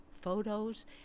photos